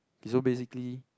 it's all basically